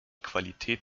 qualität